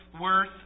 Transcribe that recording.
worth